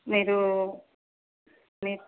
మీరు మి